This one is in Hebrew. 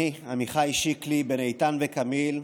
אני, עמיחי שיקלי, בן איתן וקמיל,